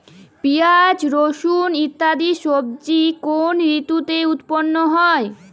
পিঁয়াজ রসুন ইত্যাদি সবজি কোন ঋতুতে উৎপন্ন হয়?